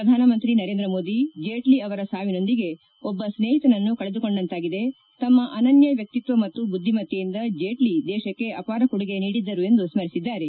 ಪ್ರಧಾನಮಂತ್ರಿ ನರೇಂದ್ರಮೋದಿ ಜೇಟ್ಲ ಅವರ ಸಾವಿನೊಂದಿಗೆ ಒಬ್ಲ ಸ್ನೇಹಿತನನ್ನು ಕಳೆದುಕೊಂಡಂತಾಗಿದೆ ತಮ್ಮ ಅನನ್ನ ವಕ್ಷಿತ್ವ ಮತ್ತು ಬುದ್ಗಿಮತ್ತೆಯಿಂದ ಜೇಟ್ಲಿ ದೇಶಕ್ಕೆ ಅಪಾರ ಕೊಡುಗೆ ನೀಡಿದ್ದರು ಎಂದು ಸ್ಪರಿಸಿದ್ದಾರೆ